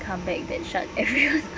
come back that shut everyone up